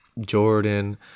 Jordan